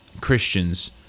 Christians